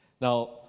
Now